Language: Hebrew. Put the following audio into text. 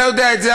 אתה יודע את זה,